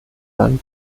dann